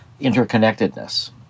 interconnectedness